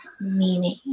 meaning